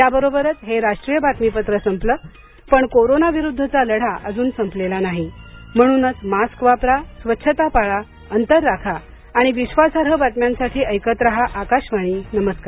यावरोबरच हे राष्ट्रीय बातमीपत्र संपलं पण कोरोनाविरुद्धचा लढा अजून संपलेला नाही म्हणूनच मास्क वापरा स्वच्छता पाळा अंतर राखा आणि विश्वासार्ह बातम्यांसाठी ऐकत राहा आकाशवाणी नमस्कार